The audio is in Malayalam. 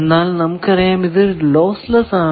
എന്നാൽ നമുക്കറിയാം ഇത് ലോസ് ലെസ്സ് ആണ്